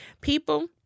people